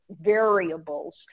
variables